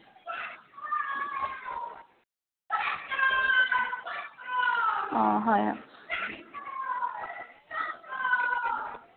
অ' হয়